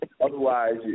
Otherwise